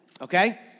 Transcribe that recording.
okay